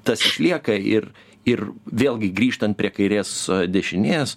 tas išlieka ir ir vėlgi grįžtant prie kairės dešinės